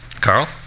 Carl